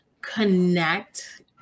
connect